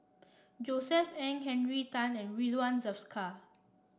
Josef Ng Henry Tan and Ridzwan Dzafir